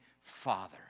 father